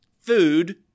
Food